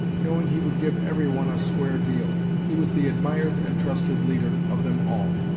knowing he would give every one a square deal. he was the admired and trusted leader of them all.